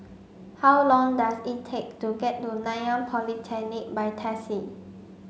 how long does it take to get to Nanyang Polytechnic by taxi